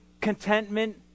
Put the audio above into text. contentment